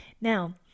Now